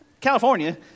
California